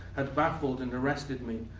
had baffled and arrested me.